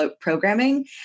programming